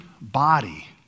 body